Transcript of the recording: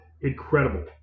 incredible